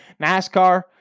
NASCAR